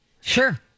Sure